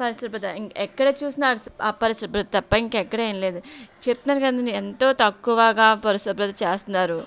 పరిశుభ్రత ఎక్కడ చూసిన అపరిశుభ్రత తప్ప ఇంకా ఎక్కడ ఏమి లేదు చెప్తున్నాను కదండి ఎంతో తక్కువగా పరిశుభ్రత చేస్తున్నారు